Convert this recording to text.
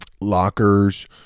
lockers